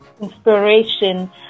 inspiration